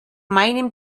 meinem